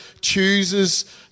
chooses